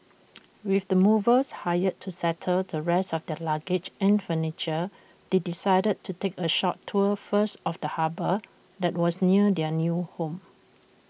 with the movers hired to settle the rest of their luggage and furniture they decided to take A short tour first of the harbour that was near their new home